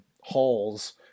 halls